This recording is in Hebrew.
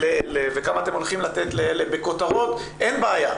לאלה וכמה לאלה עם כותרות אין בעיה.